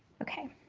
okay.